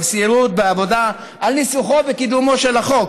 המסירות והעבודה על ניסוחו וקידומו של החוק.